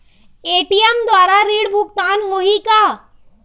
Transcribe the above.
ATM द्वारा ऋण भुगतान होही का?